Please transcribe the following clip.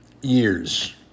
years